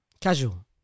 Casual